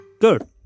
good